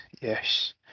yes